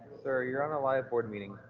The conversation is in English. sir, you're on a live board meeting.